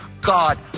god